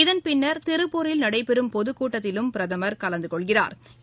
இதன் பின்னா் திருப்பூரில் நடைபெறும் பொதுக்கூட்டத்திலும் பிரதமா் கலந்துகொள்கிறாா்